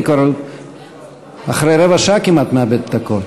אני כבר אחרי רבע שעה כמעט מאבד את הקול.